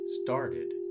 started